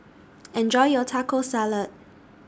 Enjoy your Taco Salad